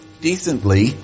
decently